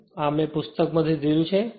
કારણ કે મેં એક પુસ્તક માથી લીધું છે